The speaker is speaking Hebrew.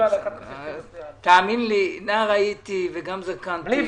תאמין לי, נער הייתי, גם זקנתי.